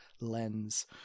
lens